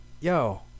yo